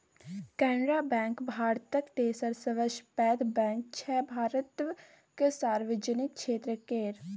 Canara bank भारतक तेसर सबसँ पैघ बैंक छै भारतक सार्वजनिक क्षेत्र केर